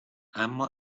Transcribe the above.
اما